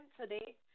today